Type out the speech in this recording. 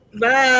Bye